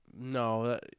No